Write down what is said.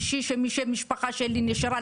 משפחה שלי נשארה,